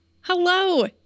Hello